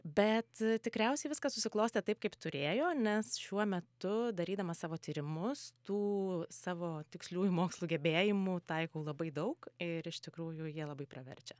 bet tikriausiai viskas susiklostė taip kaip turėjo nes šiuo metu darydama savo tyrimus tų savo tiksliųjų mokslų gebėjimų taikau labai daug ir iš tikrųjų jie labai praverčia